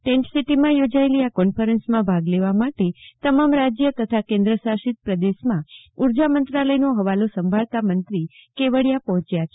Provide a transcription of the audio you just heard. tent સિટીમાં યોજાયેલી આ કોન્ફરન્સમાં ભાગ લેવા માટે તમામ રાજ્ય તથા કેન્દ્ર શાશિત પ્રદેશમાં ઉર્જા મંત્રાલયનો હવાલો સંભાળતા મંત્રી કેવડિયા પહોચ્યા છે